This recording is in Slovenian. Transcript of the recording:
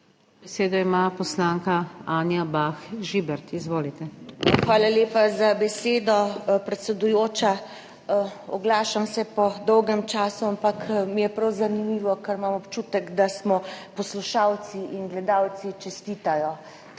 Besedo ima poslanka Anja Bah Žibert. Izvolite. **ANJA BAH ŽIBERT (PS SDS):** Hvala lepa za besedo, predsedujoča. Oglašam se po dolgem času, ampak mi je prav zanimivo, ker imam občutek, da si poslušalci in gledalci čestitajo.